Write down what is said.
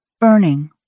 burning